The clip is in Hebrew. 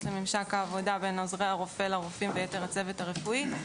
לממשק העבודה בין עוזרי הרופא לרופאים ויתר הצוות הרפואי.